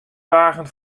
dagen